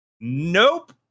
Nope